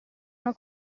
una